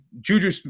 Juju